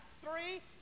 three